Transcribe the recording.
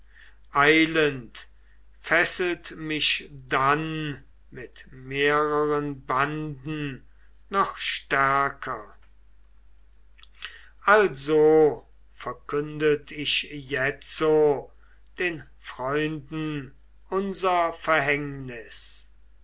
fesselt mich dann mit mehreren banden noch stärker also verkündet ich jetzo den freunden unser verhängnis